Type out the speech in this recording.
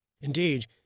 Indeed